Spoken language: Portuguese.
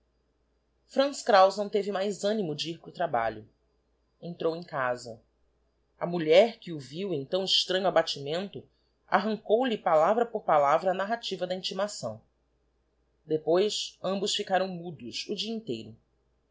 kraus não teve mais animo de ir para o trabalho entrou em casa a mulher que o viu em tão extranho abatimento arrancou-lhe palavra por palavra a narrativa da intimação depois ambos ticaram mudos o dia inteiro